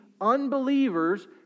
unbelievers